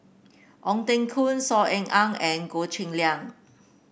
Ong Teng Koon Saw Ean Ang and Goh Cheng Liang